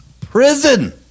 prison